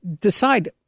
decide